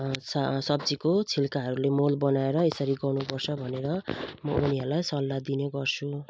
स सब्जीको छिल्काहरूले मल बनाएर यसरी गर्नुपर्छ भनेर म उनीहरूलाई सल्लाह दिनेगर्छु